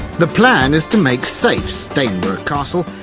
the plan is to make safe stainborough castle,